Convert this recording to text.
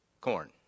Corn